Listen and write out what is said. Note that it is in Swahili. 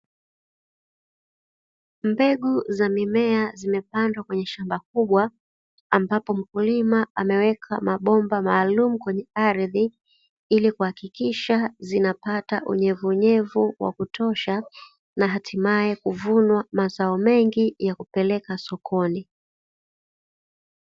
Mbegu za mimea zimepandwa kwenye shamba kubwa ambapo mkulima ameweka mabomba maalumu kwenye ardhi ili kuhakikisha zinapata unyevu unyevu wa kutosha na hatimae kuvunwa mazao mengi ya kupelekwa sokoni.